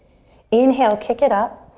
inhale, kick it up.